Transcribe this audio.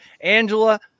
Angela